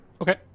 Okay